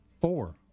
Four